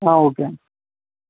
okay